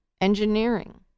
engineering